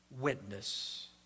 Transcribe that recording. witness